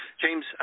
James